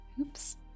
oops